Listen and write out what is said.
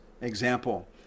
example